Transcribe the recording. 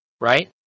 right